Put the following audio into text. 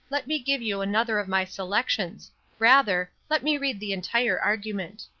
let me give you another of my selections rather, let me read the entire argument.